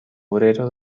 obrero